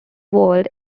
word